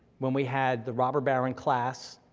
when we had the robber baron class,